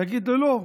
יגיד לו: לא,